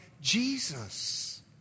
Jesus